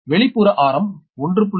வெளிப்புற ஆரம் 1